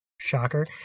shocker